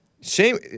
Shame